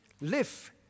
live